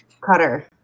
cutter